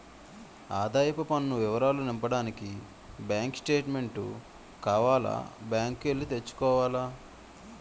ఆదాయపు పన్ను వివరాలు నింపడానికి బ్యాంకు స్టేట్మెంటు కావాల బ్యాంకు కి ఎల్లి తెచ్చుకోవాల